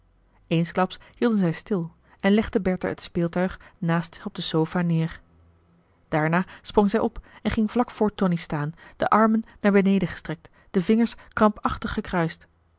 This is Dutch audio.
eensklaps hielden zij stil en legde bertha het speeltuig naast zich op de sofa neer daarna sprong zij op en ging vlak voor tonie staan de armen naar beneden gestrekt de vingers krampachtig gekruist